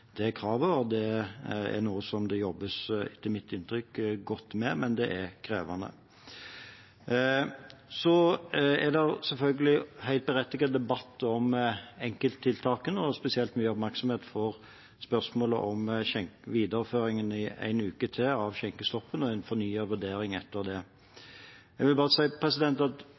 det kravet. Det er noe som det – det er mitt inntrykk – jobbes godt med, men det er krevende. Så er det selvfølgelig helt berettiget en debatt om enkelttiltakene. Spesielt mye oppmerksomhet får spørsmålet om videreføringen av skjenkestoppen i en uke til og en fornyet vurdering etter det. Jeg vil bare si at det også er viktig at